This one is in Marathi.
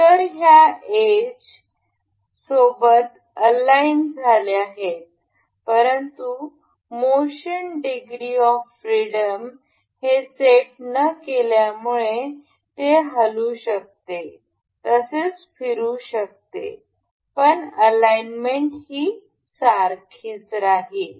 तर हे ह्या एज सोबत आलाइन झाले आहे परंतु मोशन डिग्री ऑफ फ्रीडम हे सेट न केल्यामुळे हे हलू शकते तसेच फिरू शकते पण अलाइनमेंट ही सारखीच राहील